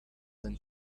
than